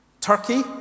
Turkey